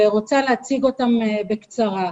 ואציג אותם בקצרה.